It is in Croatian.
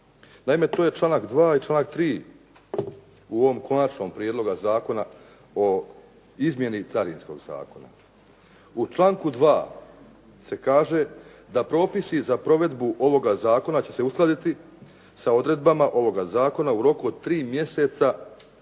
Naime, to je članak 2. i članak 3. u ovom Konačnom prijedlogu zakona o izmjeni Carinskog zakona. U članku 2. se kaže da propisi za provedbu ovoga zakona će se uskladiti sa odredbama ovoga zakona u roku od 3 mjeseca